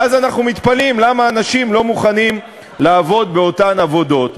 ואז אנחנו מתפלאים למה אנשים לא מוכנים לעבוד באותן עבודות.